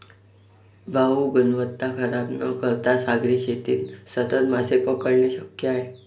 भाऊ, गुणवत्ता खराब न करता सागरी शेतीत सतत मासे पकडणे शक्य आहे